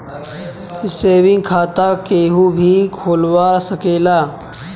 saving खाता केहू भी खोलवा सकेला